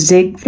Zig